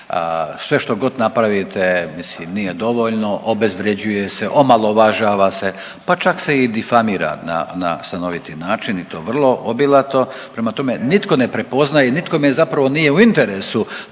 Sve što god napravite mislim nije dovoljno, obezvređuje se, omalovažava se pa čak se i difamira na stanoviti način i to vrlo obilato. Prema tome, nitko ne prepoznaje i nikome zapravo nije u interesu